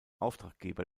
auftraggeber